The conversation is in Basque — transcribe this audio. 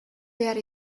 behar